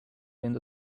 into